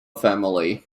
family